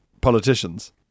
politicians